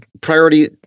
priority